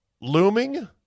looming